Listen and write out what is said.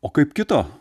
o kaip kito